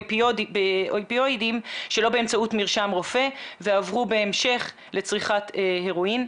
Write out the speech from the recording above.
באופיואידים שלא באמצעות מרשם רופא ועברו בהמשך לצריכת הרואין.